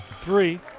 three